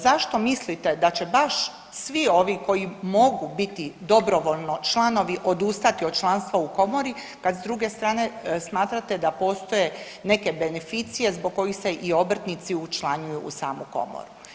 Zašto mislite da će baš svi ovi koji mogu biti dobrovoljno članovi odustati od članstva u Komori kad s druge strane smatrate da postoje neke beneficije zbog kojih se i obrtnici učlanjuju u samu Komoru.